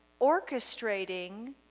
orchestrating